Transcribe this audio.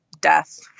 death